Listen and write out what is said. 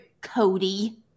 Cody